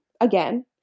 again